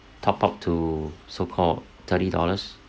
top up to so called thirty dollars